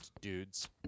dudes